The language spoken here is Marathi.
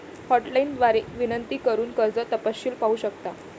हॉटलाइन द्वारे विनंती करून कर्ज तपशील पाहू शकता